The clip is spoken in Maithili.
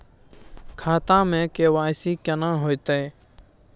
खाता में के.वाई.सी केना होतै?